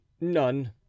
none